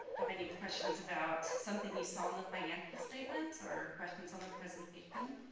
have any questions about something you saw in the financial statements or questions on the presentation